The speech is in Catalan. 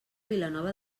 vilanova